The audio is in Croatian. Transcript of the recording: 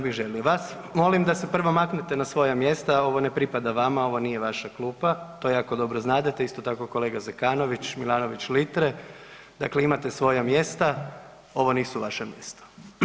Vas molim da se prvo maknete na svoja mjesta ovo ne pripada vama, ovo nije vaša klupa to jako dobro znadete, isto tako kolega Zekanović, Milanović Litre dakle imate svoja mjesta, ovo nisu vaša mjesta.